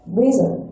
reason